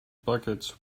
buckets